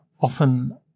often